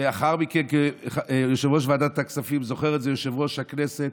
ולאחר מכן כיושב-ראש ועדת הכספים, יושב-ראש הכנסת